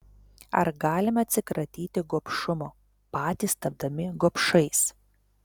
ar galime atsikratyti gobšumo patys tapdami gobšais